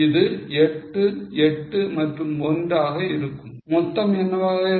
இது 8 8 மற்றும் 1 ஆக இருக்கும் மொத்தம் என்னவாக இருக்கும்